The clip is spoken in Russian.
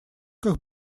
как